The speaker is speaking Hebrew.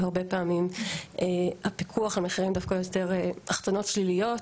כשהרבה פעמים הפיקוח על המחירים דווקא יוצר החצנות שליליות,